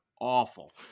awful